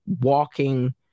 walking